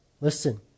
listen